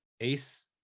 Ace